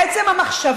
אבל עצם המחשבה